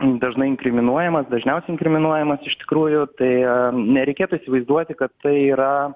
dažnai inkriminuojamas dažniausiai inkriminuojamas iš tikrųjų tai nereikėtų įsivaizduoti kad tai yra